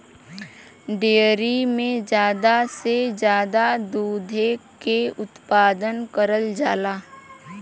dairy में जादा से जादा दुधे के उत्पादन करल जाला